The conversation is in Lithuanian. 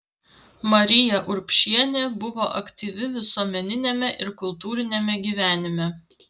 marija urbšienė buvo aktyvi visuomeniniame ir kultūriniame gyvenime